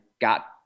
got